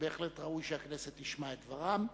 ובהחלט ראוי שהכנסת תשמע את דברם.